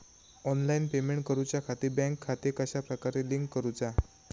Online payment करुच्याखाती bank खाते कश्या प्रकारे लिंक करुचा?